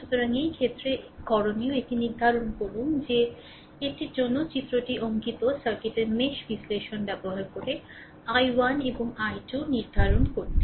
সুতরাং এই ক্ষেত্রে করণীয় এটি নির্ধারণ করুন যে এটির জন্য চিত্রটি অঙ্কিত সার্কিটের মেশ বিশ্লেষণ ব্যবহার করে i1 এবং i2 নির্ধারণ করতে